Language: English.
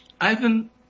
Ivan